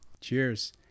Cheers